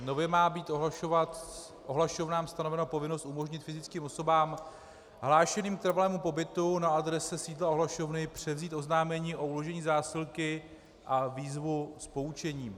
Nově má být ohlašovnám stanovena povinnost umožnit fyzickým osobám hlášeným k trvalému pobytu na adrese sídla ohlašovny převzít oznámení o uložení zásilky a výzvu z poučení.